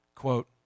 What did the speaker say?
quote